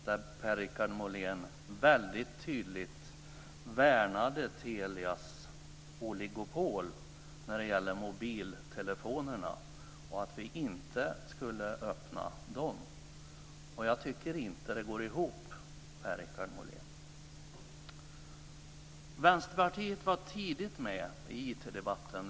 Där värnade Per Richard Molén väldigt tydligt Telias oligopol när det gäller mobiltelefonin och sade att vi inte skulle öppna detta. Jag tycker inte att det går ihop, Per-Richard Vänsterpartiet var tidigt med i IT-debatten.